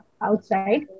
outside